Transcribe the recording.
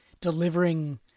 delivering